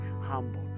humble